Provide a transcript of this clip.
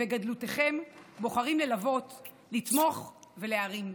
בגדלותכם, בוחרים ללוות, לתמוך ולהרים.